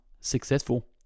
successful